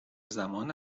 زمان